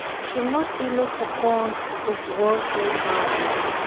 should not be looked upon with worldly eyes.